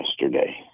yesterday